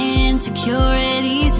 insecurities